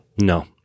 No